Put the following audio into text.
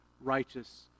righteous